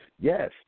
Yes